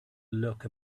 look